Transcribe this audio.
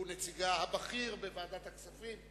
שהוא נציגה הבכיר בוועדת הכספים,